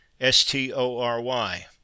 S-T-O-R-Y